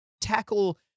tackle